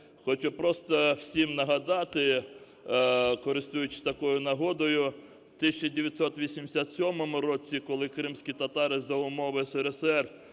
Хочу просто всім нагадати, користуючись такою нагодою, в 1987 році, коли кримські татари за умов СРСР